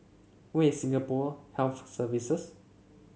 where is Singapore Health Services